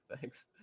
thanks